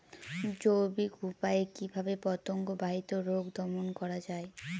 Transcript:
জৈবিক উপায়ে কিভাবে পতঙ্গ বাহিত রোগ দমন করা যায়?